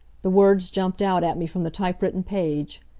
the words jumped out at me from the typewritten page.